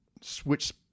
switch